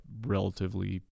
relatively